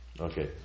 Okay